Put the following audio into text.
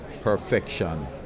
perfection